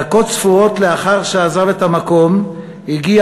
דקות ספורות לאחר שעזב את המקום הוא הגיע